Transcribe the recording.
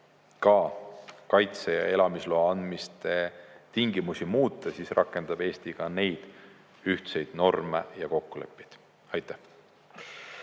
kaitse- ja elamisloa andmise tingimusi muuta, siis rakendab Eesti ka neid ühtseid norme ja kokkuleppeid. Aitäh!